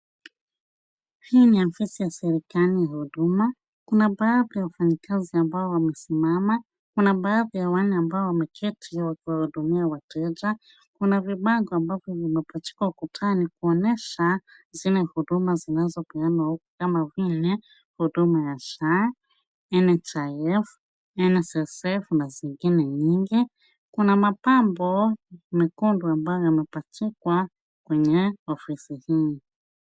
Hii ni ofisi ya serikali ya huduma. Kuna baadhi ya wafanyikazi ambao wamesimama. Kuna baadhi ya wale ambao wameketi wakiwahudumia wateja, kuna vibango ambavyo vimepachikwa ukutani kuonyesha zile huduma zinazopeanwa kama huko vile ,huduma ya SHA, NHIF, NSSF na zingine nyingi. Kuna mapambo mekundu ambayo yamepachikwa kwenye ofisi hii.